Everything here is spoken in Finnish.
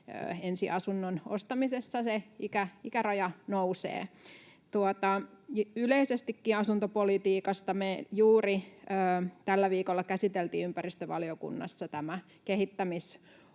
ensiasunnon ostamisessa se ikäraja nousee. Yleisestikin asuntopolitiikasta: Me juuri tällä viikolla käsiteltiin ympäristövaliokunnassa tämä kehittämisohjelma,